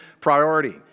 priority